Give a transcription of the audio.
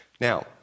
Now